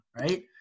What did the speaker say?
right